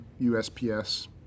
USPS